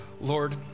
Lord